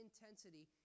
intensity